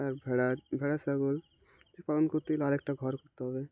আর ভেড়া ভেড়া ছাগল পালন করতে গেলে আরেকটা ঘর করতে হবে